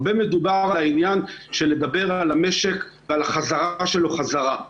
הרבה מדובר על המשק ועל החזרה שלו חזרה.